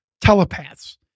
telepaths